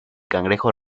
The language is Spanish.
cangrejo